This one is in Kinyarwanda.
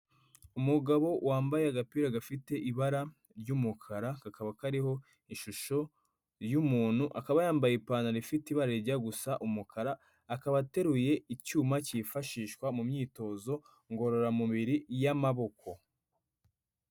Umugabo wambaye agapira gafite ibara ry'umukara, kakaba kariho ishusho y'umuntu, akaba yambaye ipantaro ifite ibara rijya gusa umukara, akaba ateruye icyuma cyifashishwa mu myitozo ngororamubiri y'amaboko.